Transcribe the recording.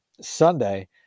Sunday